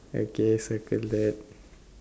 okay circle that